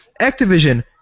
Activision